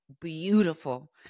beautiful